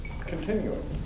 continuing